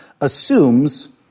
assumes